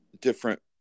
different